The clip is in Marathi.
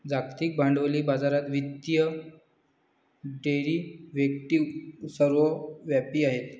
जागतिक भांडवली बाजारात वित्तीय डेरिव्हेटिव्ह सर्वव्यापी आहेत